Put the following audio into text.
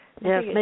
Yes